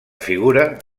figura